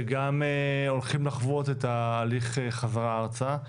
וגם הולכים לחוות את הליך החזרה ארצה.